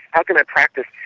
how can i practice?